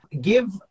Give